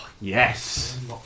Yes